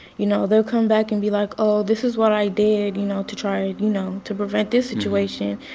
you know, they'll come back and be like, oh, this is what i did, you know, to try, and you know, to prevent this situation.